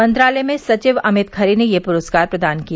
मंत्रालय में सचिव अमित खरे ने यह पुरस्कार प्रदान किए